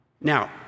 Now